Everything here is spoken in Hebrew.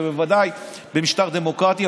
בוודאי במשטר דמוקרטי,